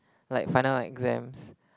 like final exams